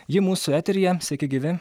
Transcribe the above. ji mūsų eteryje sveiki gyvi